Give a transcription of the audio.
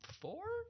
four